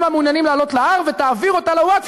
המעוניינים לעלות להר ותעביר אותה לווקף,